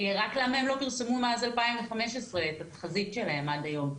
רק למה הם לא פרסמו מאז 2015 את התחזית שלהם עד היום.